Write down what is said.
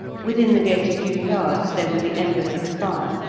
within the gate a few yards there were the embers of a fire,